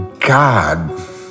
God